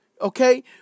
Okay